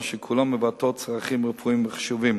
שכולן מבטאות צרכים רפואיים וחשובים.